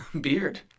beard